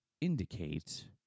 indicate